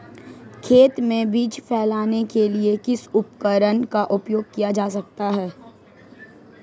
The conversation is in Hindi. खेत में बीज फैलाने के लिए किस उपकरण का उपयोग किया जा सकता है?